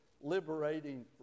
liberating